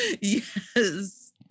Yes